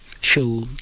show